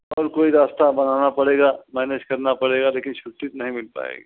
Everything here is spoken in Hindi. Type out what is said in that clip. और कोई रास्ता बनाना पड़ेगा मैनेज करना पड़ेगा लेकिन छुट्टी तो नहीं मिल पाएगी